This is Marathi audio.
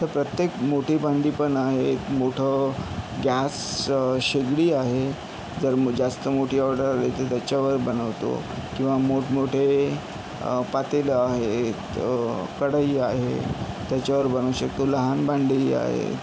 तर प्रत्येक मोठी भांडी पण आहेत मोठं गॅस शेगडी आहे जर जास्त मोठी ऑर्डर आली तर त्याच्यावर बनवतो किंवा मोठमोठे पातेलं आहेत कढई आहे त्याच्यावर बनवू शकतो लहान भांडेही आहे